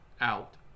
out